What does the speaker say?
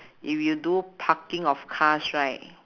if you do parking of cars right